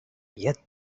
yet